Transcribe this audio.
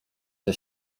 się